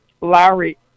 Larry